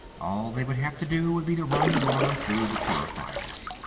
all they would have to do would be to run the water through the purifiers.